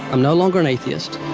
i'm no longer an atheist.